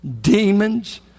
demons